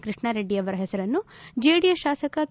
ಕೃಷ್ಣಾರೆಡ್ಡಿಯವರ ಹೆಸರನ್ನು ಜೆಡಿಎಸ್ ಶಾಸಕ ಕೆ